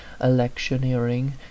electioneering